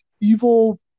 evil